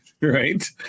right